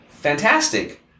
Fantastic